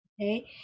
Okay